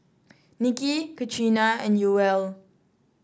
Niki Katrina and Yoel